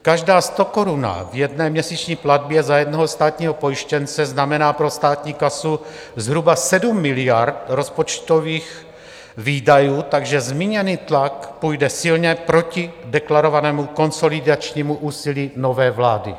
Každá stokoruna v jedné měsíční platbě za jednoho státního pojištěnce znamená pro státní kasu zhruba 7 miliard rozpočtových výdajů, takže zmíněný tlak půjde silně proti deklarovanému konsolidačnímu úsilí nové vlády.